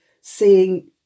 seeing